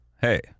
hey